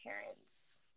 parents